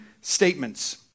statements